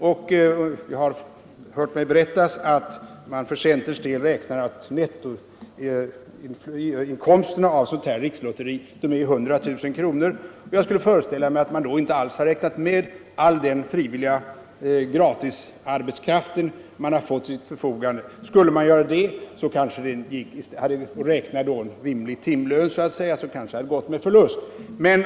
Det har berättats för mig att centern räknar med att nettoinkomsten av dess rikslotteri blir 100 000 kr. Jag skulle föreställa mig att man då inte alls har tagit hänsyn till den frivilliga gratisarbetskraft som partiet har till förfogande. Skulle man göra det och räkna med rimlig timlön, hade lotteriet kanske gått med förlust.